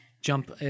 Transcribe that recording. jump